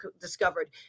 discovered